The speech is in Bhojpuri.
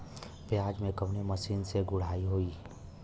प्याज में कवने मशीन से गुड़ाई होई?